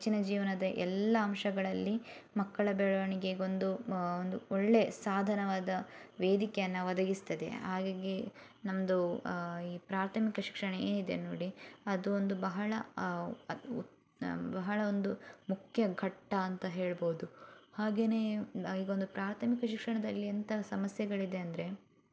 ಹೆಚ್ಚಿನ ಜೀವನದ ಎಲ್ಲ ಅಂಶಗಳಲ್ಲಿ ಮಕ್ಕಳ ಬೆಳವಣಿಗೆಗೊಂದು ಒಂದು ಒಳ್ಳೆಯ ಸಾಧನವಾದ ವೇದಿಕೆಯನ್ನು ಒದಗಿಸ್ತದೆ ಹಾಗಾಗಿ ನಮ್ಮದು ಈ ಪ್ರಾಥಮಿಕ ಶಿಕ್ಷಣ ಏನಿದೆ ನೋಡಿ ಅದು ಒಂದು ಬಹಳ ಬಹಳ ಒಂದು ಮುಖ್ಯ ಘಟ್ಟ ಅಂತ ಹೇಳ್ಬೋದು ಹಾಗೆಯೇ ಈಗೊಂದು ಪ್ರಾಥಮಿಕ ಶಿಕ್ಷಣದಲ್ಲಿ ಎಂತಹ ಸಮಸ್ಯೆಗಳಿದೆ ಅಂದರೆ